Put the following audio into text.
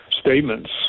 statements